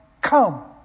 Come